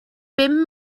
bum